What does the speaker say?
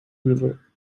river